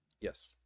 yes